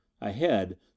Ahead